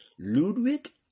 Ludwig